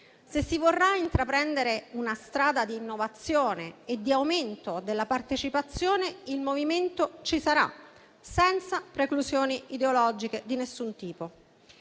Se si vorrà intraprendere una strada di innovazione e di aumento della partecipazione, il MoVimento ci sarà, senza preclusioni ideologiche di nessun tipo.